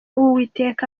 w’uwiteka